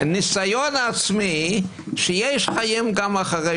מניסיון עצמי, שיש חיים גם אחרי